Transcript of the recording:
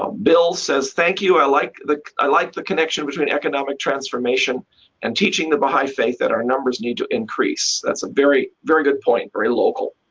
um bill says thank you i like the i like the connection between economic transformation and teaching the baha'i faith, that our numbers need to increase. that's a very good point, very local.